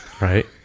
Right